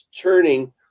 turning